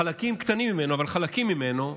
חלקים קטנים ממנו, אבל חלקים ממנו,